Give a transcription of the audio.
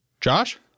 Josh